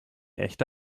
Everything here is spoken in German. echte